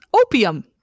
opium